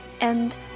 and